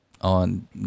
on